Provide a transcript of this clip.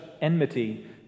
enmity